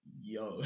yo